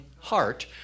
heart